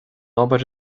obair